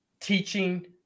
teaching